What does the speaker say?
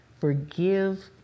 forgive